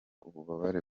ububabare